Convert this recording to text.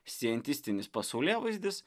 scientistinis pasaulėvaizdis